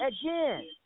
again